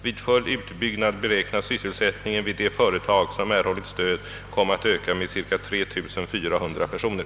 Vid full utbyggnad beräknas sysselsättningen vid de företag som erhållit stöd komma att öka med cirka 3 400 personer.